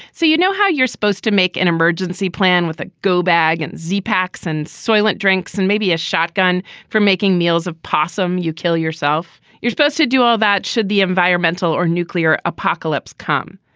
so you know how you're supposed to make an emergency plan with a go bag and z packs and soylent drinks and maybe a shotgun for making meals of possum. you kill yourself. you're supposed to do all that should the environmental or nuclear apocalypse come?